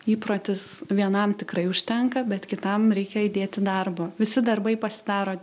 įprotis vienam tikrai užtenka bet kitam reikia įdėti darbo visi darbai pasidaro